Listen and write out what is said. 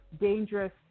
dangerous